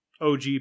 og